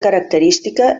característica